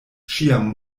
ĉiam